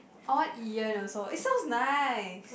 I want Ian also it sounds nice